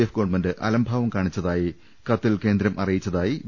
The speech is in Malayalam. എഫ് ഗവൺമെന്റ് അലംഭാവം കാണിച്ചതായി കത്തിൽ കേന്ദ്രം അറിയിച്ചതായി വി